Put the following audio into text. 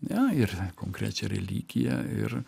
na ir konkrečią religiją ir